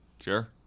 Sure